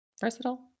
versatile